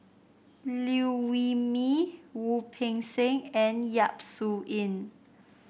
Liew Wee Mee Wu Peng Seng and Yap Su Yin